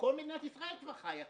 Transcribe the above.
שכל מדינת ישראל כבר חיה ככה,